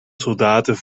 soldaten